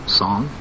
song